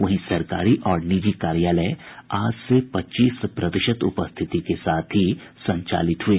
वहीं सरकारी और निजी कार्यालय आज से पच्चीस प्रतिशत उपस्थिति के साथ ही संचालित हुए